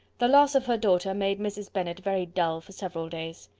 the loss of her daughter made mrs. bennet very dull for several days.